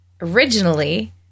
originally